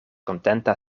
kontenta